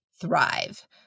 thrive